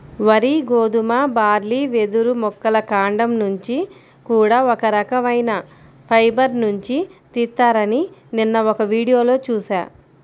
వరి, గోధుమ, బార్లీ, వెదురు మొక్కల కాండం నుంచి కూడా ఒక రకవైన ఫైబర్ నుంచి తీత్తారని నిన్న ఒక వీడియోలో చూశా